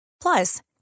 Plus